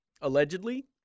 allegedly